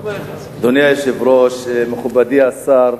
אדוני היושב-ראש, מכובדי השר,